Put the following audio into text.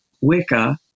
Wicca